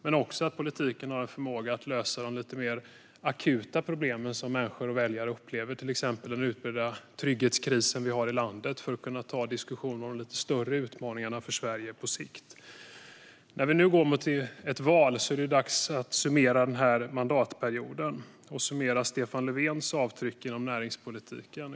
Men politiken måste också ha en förmåga att lösa de lite mer akuta problem som människor och väljare upplever, till exempel den utbredda trygghetskris vi har i landet, för att kunna ta diskussionen om de lite större utmaningarna för Sverige på sikt. När vi nu går mot ett val är det dags att summera den här mandatperioden och summera Stefan Löfvens avtryck inom näringspolitiken.